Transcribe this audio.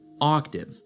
octave